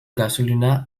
gasolina